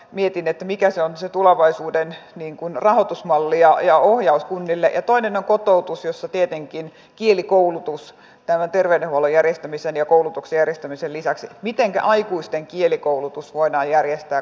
mietin että mikä eri väyliä pitäisi peruskorjata ja kun niiden rahoituksesta sovitaan esimerkiksi ely keskuksen kanssa niin aika eioota sieltä myydään ja kehotetaan enemmän kuntia vastaamaan itse näistä investoinneista